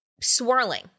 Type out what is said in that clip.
swirling